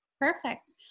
Perfect